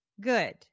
good